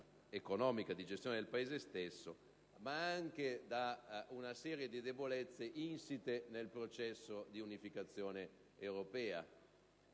economica di gestione del Paese stesso, ma anche da una serie di debolezze insite nel processo di unificazione europea.